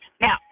Now